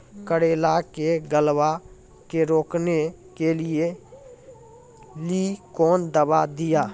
करेला के गलवा के रोकने के लिए ली कौन दवा दिया?